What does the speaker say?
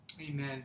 amen